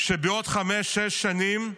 שבעוד חמש, שש שנים,